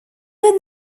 were